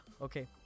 okay